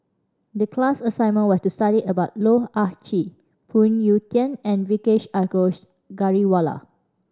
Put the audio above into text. the class assignment was to study about Loh Ah Chee Phoon Yew Tien and Vijesh Ashok Ghariwala